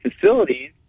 facilities